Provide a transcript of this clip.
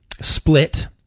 Split